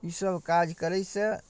ईसब काज करैसँ